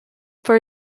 for